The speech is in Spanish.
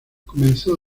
comenzó